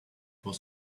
was